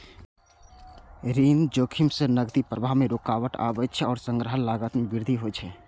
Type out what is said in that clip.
ऋण जोखिम सं नकदी प्रवाह मे रुकावट आबै छै आ संग्रहक लागत मे वृद्धि होइ छै